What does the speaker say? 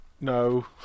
no